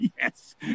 Yes